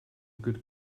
good